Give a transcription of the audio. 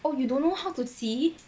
oh you don't know how to see